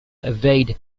evade